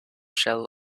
shell